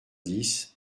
dix